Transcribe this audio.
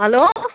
hello